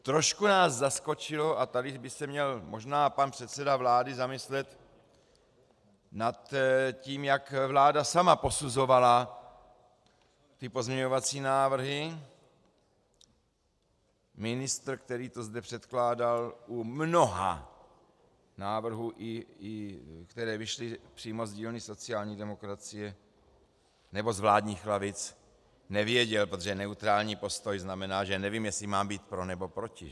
Trošku nás zaskočilo, a tady by se měl možná pan předseda vlády zamyslet nad tím, jak vláda sama posuzovala pozměňovací návrhy, ministr, který to zde předkládal u mnoha návrhů, i které vyšly přímo z dílny sociální demokracie nebo z vládních lavic, nevěděl, protože neutrální postoj znamená, že nevím, jestli mám být pro, nebo proti.